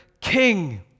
king